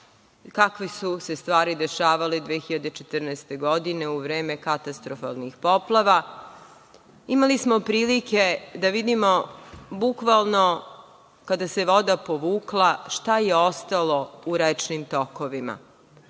kakve su se stvari dešavale 2014. godine, u vreme katastrofalnih poplava. Imali smo prilike da vidimo bukvalno kada se voda povukla, šta je ostalo u rečnim tokovima.